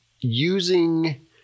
using